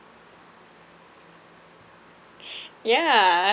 yeah